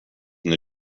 than